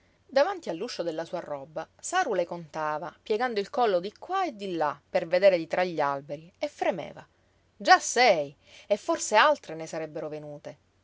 davanti all'uscio della sua roba saru le contava piegando il collo di qua e di là per vedere di tra gli alberi e fremeva già sei e forse altre ne sarebbero venute